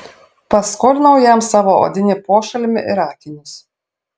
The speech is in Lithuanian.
paskolinau jam savo odinį pošalmį ir akinius